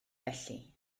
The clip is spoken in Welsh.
felly